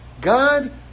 God